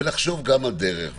ולחשוב גם על דרך.